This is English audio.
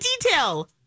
detail